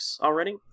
already